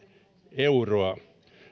euroa